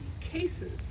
cases